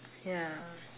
ya